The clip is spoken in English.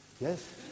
Yes